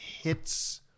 Hits